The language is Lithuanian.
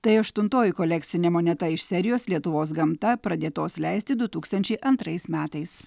tai aštuntoji kolekcinė moneta iš serijos lietuvos gamta pradėtos leisti du tūkstančiai antrais metais